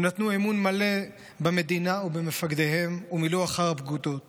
הם נתנו אמון מלא במדינה ובמפקדיהם ומילאו אחרי הפקודות